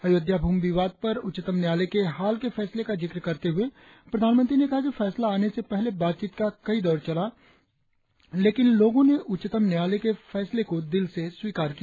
अयोध्या भूमि विवाद पर उच्चतम न्यायालय के हाल के फैसले का जिक्र करते हुए प्रधानमंत्री ने कहा कि फैसला आने से पहले बातचीत का कई दौर चला लेकिन लोगों ने उच्चतम न्यायालय के फैसले को दिल से स्वीकार किया